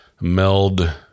meld